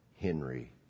Henry